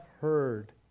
heard